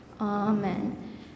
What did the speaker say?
Amen